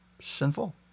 sinful